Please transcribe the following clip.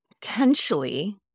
potentially